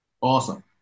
Awesome